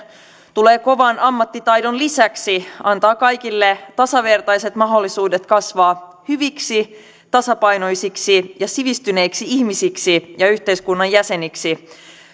tulee kovan ammattitaidon lisäksi antaa kaikille tasavertaiset mahdollisuudet kasvaa hyviksi tasapainoisiksi ja sivistyneiksi ihmisiksi ja yhteiskunnan jäseniksi